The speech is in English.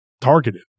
targeted